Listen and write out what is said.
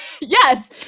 yes